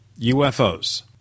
UFOs